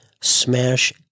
smash